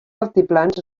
altiplans